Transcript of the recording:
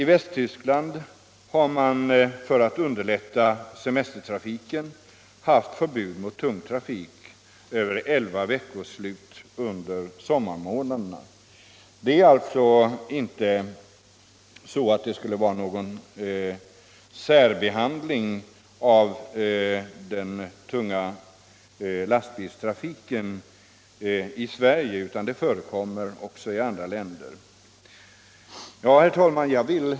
I Västtyskland har man för att underlätta semestertrafiken haft förbud mot tung trafik över elva veckoslut under sommarmånaderna. Det är alltså inte fråga om någon särbehandling av den tunga lastbilstrafiken i Sverige, eftersom förbud förekommer även i andra länder. Herr talman!